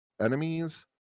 enemies